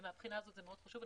מהבחינה הזאת, זה מאוד חשוב.